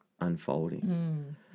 unfolding